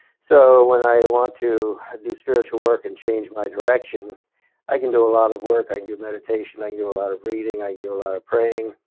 so when i want to do spiritual work and change my direction i can do a lot of work. i can do meditation. i can do a lot of reading. i can do a lot of praying.